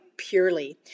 purely